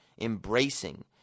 embracing